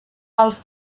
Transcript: els